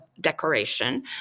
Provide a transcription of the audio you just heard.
decoration